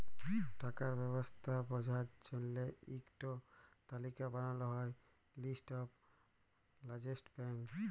টাকার ব্যবস্থা বঝার জল্য ইক টো তালিকা বানাল হ্যয় লিস্ট অফ লার্জেস্ট ব্যাঙ্ক